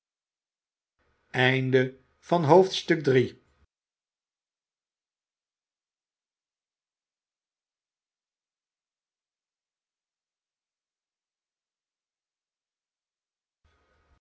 bewoners van het